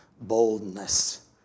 boldness